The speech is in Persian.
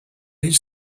هیچ